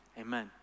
Amen